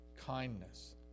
kindness